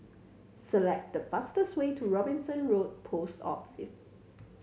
select the fastest way to Robinson Road Post Office